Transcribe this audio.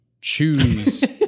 choose